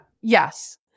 Yes